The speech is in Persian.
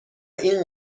این